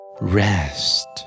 Rest